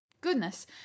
goodness